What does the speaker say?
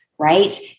Right